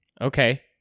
okay